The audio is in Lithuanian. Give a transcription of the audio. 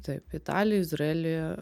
taip italijoj izraely